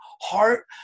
heart